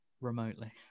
remotely